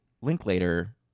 Linklater